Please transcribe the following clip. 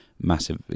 Massive